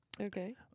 Okay